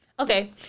Okay